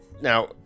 now